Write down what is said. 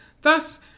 Thus